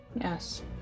Yes